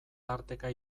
tarteka